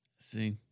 See